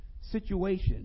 situation